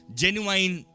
genuine